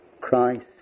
Christ